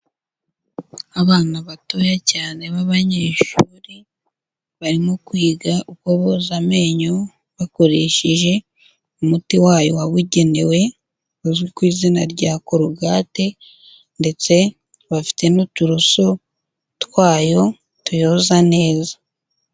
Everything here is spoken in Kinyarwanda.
Abana batoya cyane b'abanyeshuri barimo kwiga uko boza amenyo bakoresheje umuti wayo wabugenewe uzwi ku izina rya korogati ndetse bafite n'uturoso twayo tuyoza neza.